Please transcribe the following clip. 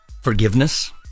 Forgiveness